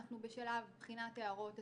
אנחנו בשלב בחינת הערות הציבור,